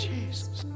Jesus